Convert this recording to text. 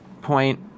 point